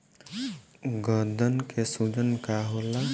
गदन के सूजन का होला?